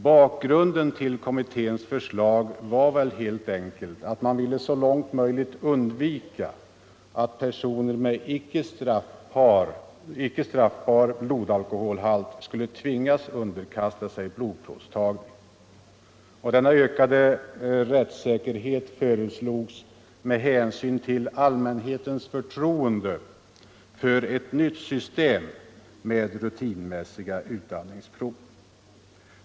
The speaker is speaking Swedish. Bakgrunden till kommitténs förslag var helt enkelt att man så långt möjligt ville undvika att personer med icke straffbar blodalkoholhalt skulle tvingas underkasta sig blodprovstagning. Denna ökade rättssäkerhet föreslogs med hänsyn till allmänhetens förtroende för ett nytt system med rutinmässiga utandningsprov.